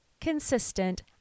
consistent